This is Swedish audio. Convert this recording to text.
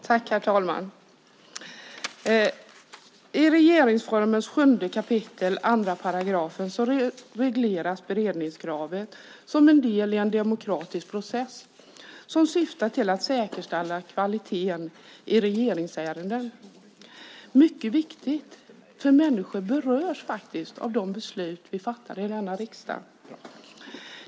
Herr talman! I regeringsformens 7 kap. 2 § regleras beredningskravet som en del i en demokratisk process som syftar till att säkerställa kvaliteten i regeringsärenden. Det är mycket viktigt, för människor berörs av de beslut vi fattar i denna riksdag.